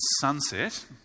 sunset